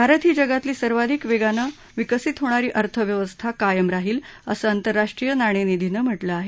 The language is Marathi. भारत ही जगातली सर्वाधिक वेगानं विकसित होणारी अर्थव्यवस्था कायम राहील असं आंतरराष्ट्रीय नाणेनिधीनं म्हटलं आहे